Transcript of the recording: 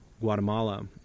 Guatemala